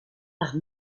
par